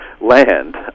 land